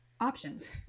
options